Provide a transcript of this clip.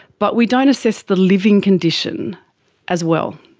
but we don't assess the living condition as well.